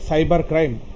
Cybercrime